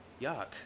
yuck